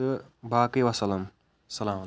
تہٕ باقٕے وسلم سَلام علیکُم